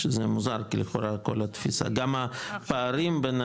שזה מוזר לכל התפיסה, גם הפערים בין